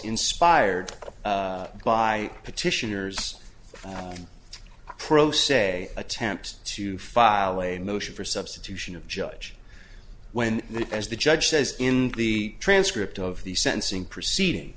inspired by petitioners pro se attempt to file a motion for substitution of judge when as the judge says in the transcript of the sentencing proceeding